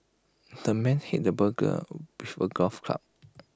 the man hit the burglar with A golf club